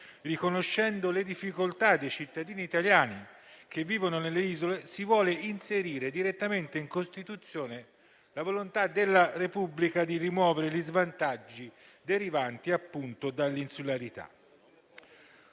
riconoscendo le difficoltà dei cittadini italiani che vivono nelle isole, si vuole inserire direttamente in Costituzione la volontà della Repubblica di rimuovere gli svantaggi derivanti dall'insularità.